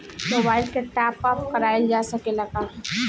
Mobile के top up कराइल जा सकेला का?